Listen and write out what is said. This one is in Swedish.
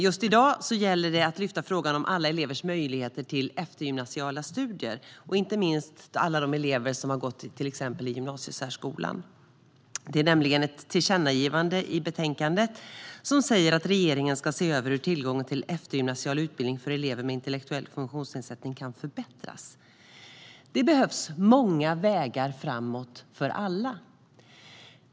Just i dag gäller det att lyfta frågan om alla elevers möjligheter till eftergymnasiala studier och då inte minst alla de elever som har gått i gymnasiesärskolan. Det finns nämligen ett tillkännagivande i betänkandet som säger att regeringen ska se över hur tillgången till eftergymnasial utbildning för elever med intellektuell funktionsnedsättning kan förbättras. Det behövs många vägar framåt för alla!